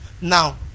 Now